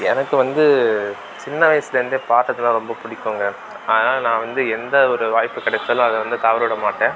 எனக்கு வந்து சின்ன வயதிலருந்தே பாடுறதுன்னா ரொம்ப பிடிக்குங்க அதனாலே நான் வந்து எந்த ஒரு வாய்ப்பு கிடைச்சாலும் அதை வந்து தவற விடமாட்டேன்